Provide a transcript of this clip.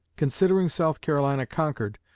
considering south carolina conquered,